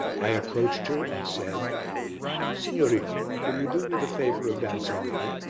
i approached her and said signorina, will you do me the favour of dancing with me?